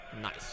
Nice